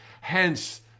Hence